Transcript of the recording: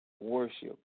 worship